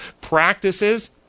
practices